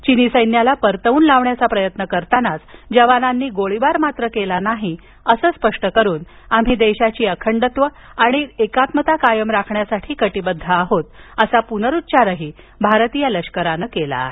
चीनी सैन्याला परतवून लावण्याचा प्रयत्न करतानाच जवानांनी गोळीबार मात्र केला नाही असं स्पष्ट करून आम्ही देशाची अखंडत्व आणि एकात्मता कायम राखण्यासाठी कटिबद्ध आहोत असा पुनरुच्चारही लष्करान केला आहे